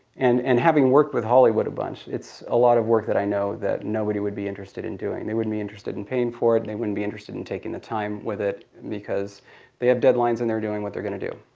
and and having worked with hollywood a bunch, it's a lot of work that i know that nobody would be interested in doing. they wouldn't be interested in paying for it, they wouldn't be interested in taking the time with it, because they have deadlines and they're doing what they're going to do.